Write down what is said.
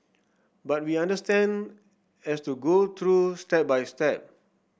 but we understand has to go through step by step